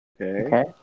Okay